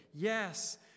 Yes